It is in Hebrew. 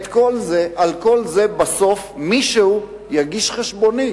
על כל זה בסוף מישהו יגיש חשבונית,